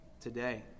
today